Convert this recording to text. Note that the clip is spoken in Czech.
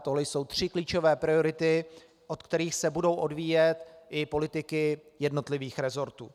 Tohle jsou tři klíčové priority, od kterých se budou odvíjet i politiky jednotlivých resortů.